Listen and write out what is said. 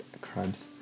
crabs